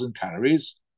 calories